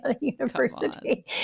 University